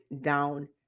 down